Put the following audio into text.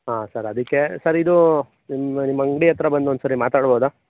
ಹಾಂ ಸರ್ ಅದಕ್ಕೆ ಸರ್ ಇದು ನಿಮ್ಮ ನಿಮ್ಮ ಅಂಗಡಿ ಹತ್ರ ಬಂದು ಒಂದ್ ಸರಿ ಮಾತಾಡ್ಬೋದ